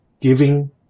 giving